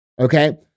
Okay